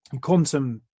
quantum